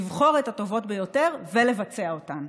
לבחור את הטובות ביותר ולבצע אותן.